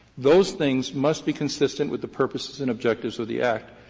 those things must be consistent with the purposes and objectives of the act.